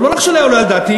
ולא רק שלא היה עולה על דעתי,